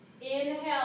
Inhale